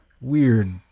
weird